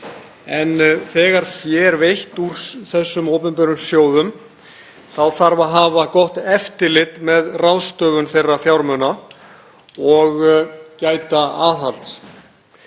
en þegar fé er veitt úr þessum opinberu sjóðum þarf að hafa gott eftirlit með ráðstöfun þeirra fjármuna og gæta aðhalds.